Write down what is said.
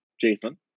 Jason